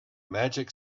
magic